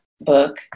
book